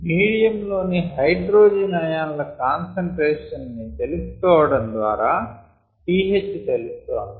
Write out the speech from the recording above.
medium లోని hydrogen ion ల concentration ని తెలిసికోవడం ద్వారా pH తెలుస్తోంది